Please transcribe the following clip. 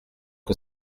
que